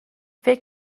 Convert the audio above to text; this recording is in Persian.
فکر